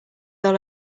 all